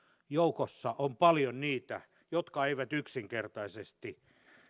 joukossa on paljon niitä jotka eivät yksinkertaisesti